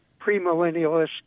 premillennialist